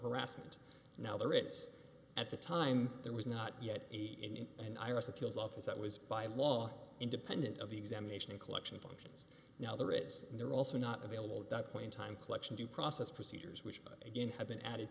harassment now there is at the time there was not yet a in and iris appeals office that was by law independent of the examination and collection functions now there is there also not available that point in time collection due process procedures which again have been added